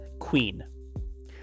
queen